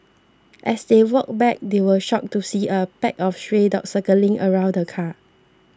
as they walked back they were shocked to see a pack of stray dogs circling around the car